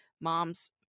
mom's